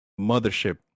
Mothership